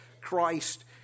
Christ